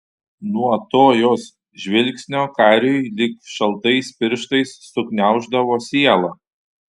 nuo to jos žvilgsnio kariui lyg šaltais pirštais sugniauždavo sielą